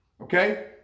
Okay